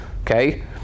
okay